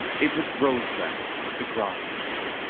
it was rosebreast the grosbeak.